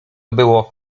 było